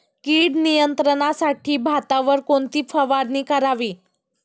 कीड नियंत्रणासाठी भातावर कोणती फवारणी करावी?